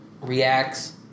reacts